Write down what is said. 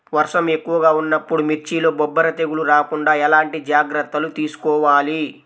వర్షం ఎక్కువగా ఉన్నప్పుడు మిర్చిలో బొబ్బర తెగులు రాకుండా ఎలాంటి జాగ్రత్తలు తీసుకోవాలి?